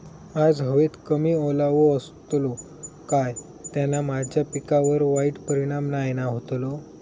आज हवेत कमी ओलावो असतलो काय त्याना माझ्या पिकावर वाईट परिणाम नाय ना व्हतलो?